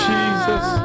Jesus